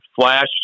flash